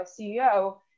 CEO